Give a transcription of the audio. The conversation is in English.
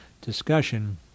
discussion